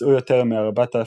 פצעו יותר מ-4,800,